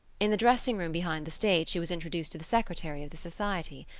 in the dressing-room behind the stage she was introduced to the secretary of the society,